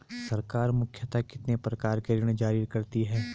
सरकार मुख्यतः कितने प्रकार के ऋण जारी करती हैं?